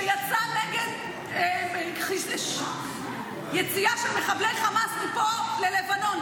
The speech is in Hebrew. שיצא נגד יציאה של מחבלי חמאס מפה ללבנון,